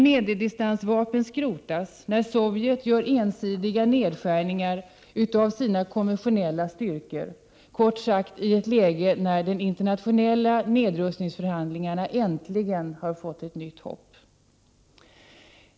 Medeldistansvapen skrotas, Sovjet gör ensidiga nedskärningar av sina konventionella styrkor och de internationella nedrustningsförhandlingarna har äntligen gett nytt hopp.